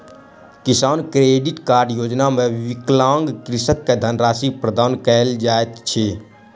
किसान credit card योजना मे विकलांग कृषक के धनराशि प्रदान कयल जाइत अछि